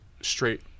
straight